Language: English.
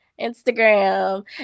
Instagram